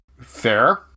Fair